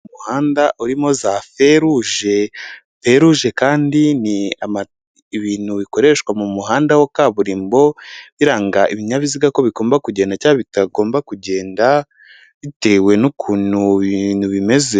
Umuhanda urimo za feruje, feruje kandi ni ibintu bikoreshwa mu muhanda wa kaburimbo biranga ibinyabiziga ko bigomba kugenda bitagomba kugenda, bitewe n'ukuntu ibintu bimeze.